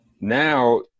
now